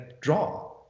draw